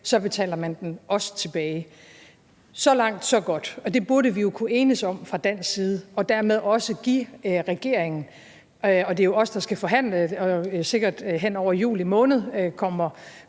også betaler den tilbage. Så langt, så godt, og det burde vi jo kunne enes om fra dansk side og dermed også give regeringen – og det er jo os, der skal forhandle, og vi kommer